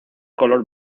color